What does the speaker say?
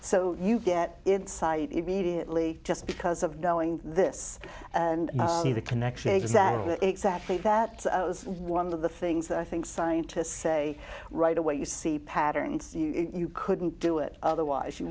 so you get insight immediately just because of knowing this and see the connection exactly exactly that is one of the things that i think scientists say right away you see patterns you couldn't do it otherwise you